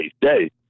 day